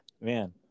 man